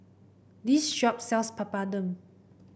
this shop sells Papadum